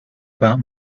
about